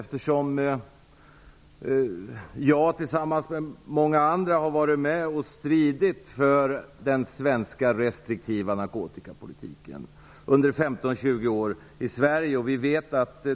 Jag har tillsammans med många andra varit med och stridit för den svenska restriktiva narkotikapolitiken under 15-20 år i Sverige.